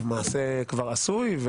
המעשה כבר עשוי,